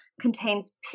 contains